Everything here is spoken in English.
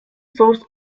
source